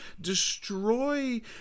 destroy